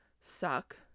suck